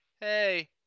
Hey